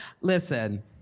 Listen